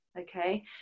okay